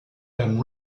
and